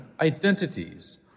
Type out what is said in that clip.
identities